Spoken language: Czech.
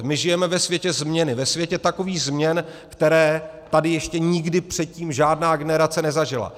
My žijeme ve světě změny, ve světě takových změn, které tady ještě nikdy předtím žádná generace nezažila.